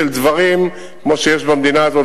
של דברים כמו שיש במדינה הזאת,